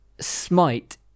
Smite